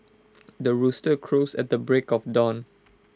the rooster crows at the break of dawn